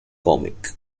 comic